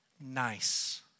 nice